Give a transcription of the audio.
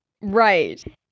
Right